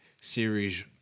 series